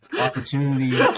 opportunity